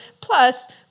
Plus